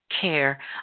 care